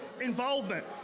involvement